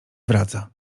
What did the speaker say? wraca